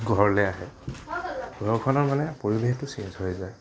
ঘৰলে আহে ঘৰখনৰ মানে পৰিৱেশটো ছেইঞ্জ হৈ যায়